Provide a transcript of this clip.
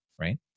Right